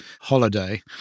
holiday